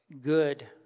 good